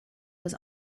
was